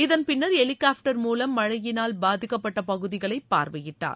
இதன் பின்னர் ஹெலிகாப்டர் மூலம் மழையினால் பாதிக்கப்பட்ட பகுதிகளை பார்வையிட்டார்